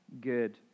good